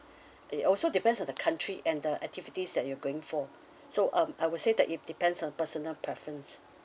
it also depends on the country and the activities that you are going for so um I would say that it depends on personal preference